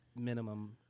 minimum